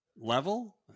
level